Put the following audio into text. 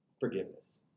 forgiveness